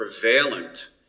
prevalent